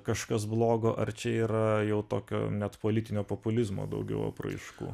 kažkas blogo ar čia yra jau tokio net politinio populizmo daugiau apraiškų